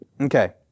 Okay